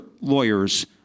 lawyers